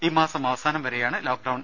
ഈ മാസം അവസാനം വരെയാണ് ലോക്ക്ഡൌൺ